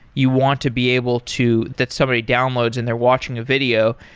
you want to be able to that somebody downloads and they're watching a video,